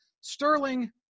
Sterling